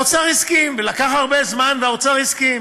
לקח הרבה זמן, והאוצר הסכים.